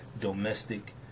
domestic